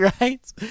Right